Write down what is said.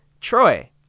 Troy